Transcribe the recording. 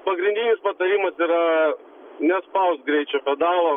pagrindinis patarimas yra nespaust greičio pedalo